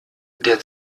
der